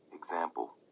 Example